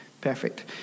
Perfect